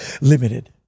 limited